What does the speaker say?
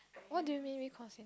what do you mean